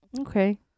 Okay